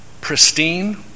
pristine